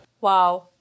Wow